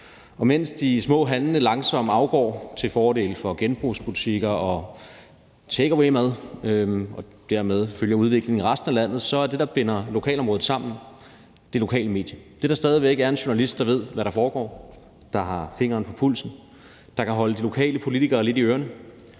Og mens de små handlende langsomt afgår til fordel for genbrugsbutikker og takeawaymad og dermed følger udviklingen i resten af landet, er det, der binder lokalområdet sammen, det lokale medie. Det er det, at der stadig er en journalist, der ved, hvad der foregår, altså en, der har fingeren på pulsen, og som kan holde de lokale politikere lidt i ørerne